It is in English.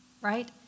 right